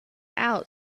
out